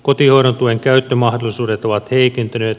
kotihoidon tuen käyttömahdollisuudet ovat heikentyneet